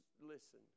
listen